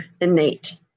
innate